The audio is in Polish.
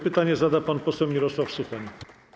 Pytanie zada pan poseł Mirosław Suchoń.